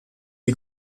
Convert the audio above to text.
die